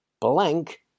blank